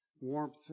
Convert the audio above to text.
warmth